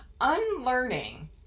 Unlearning